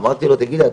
אמרתי לו 'תגיד לי,